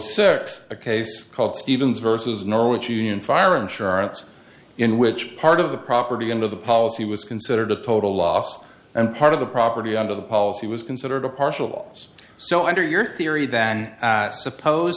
six a case called stevens versus norwich union fire insurance in which part of the property into the policy was considered a total loss and part of the property under the policy was considered a partial loss so under your theory than at suppose